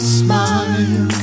smile